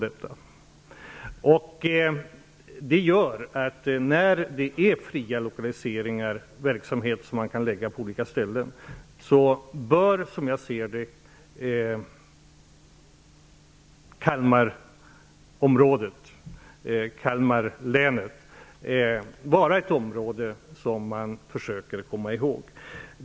När det är fria lokaliseringar -- när verksamheter kan förläggas till olika platser -- bör, som jag ser detta, Kalmar län vara ett område som man försöker komma ihåg.